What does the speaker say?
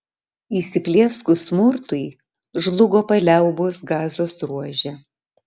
įsiplieskus smurtui žlugo paliaubos gazos ruože